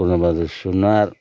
Purnabahadur Sunuwar